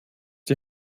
die